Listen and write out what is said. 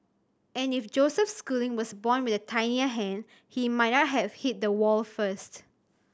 and if Joseph Schooling was born with a tinier hand he might not have hit the wall first